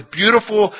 beautiful